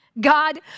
God